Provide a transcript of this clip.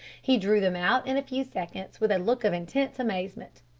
he drew them out in a few seconds, with a look of intense amazement.